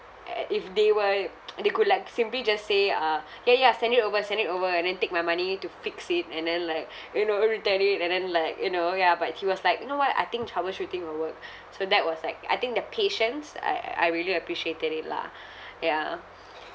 eh eh if they were they could like simply just say uh ya ya send it over send it over and then take my money to fix it and then like you know re tidied and then like you know ya but he was like you know what I think troubleshooting will work so that was like I think their patience I I really appreciated it lah ya